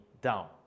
down